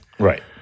Right